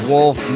Wolf